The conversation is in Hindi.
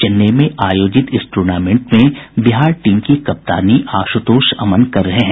चेन्नई में आयोजित इस टूर्नामेंट में बिहार टीम की कप्तानी आशुतोष अमन कर रहे हैं